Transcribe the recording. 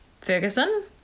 Ferguson